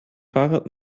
fahrrad